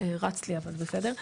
אני אנסה לדבר בזמן קצר,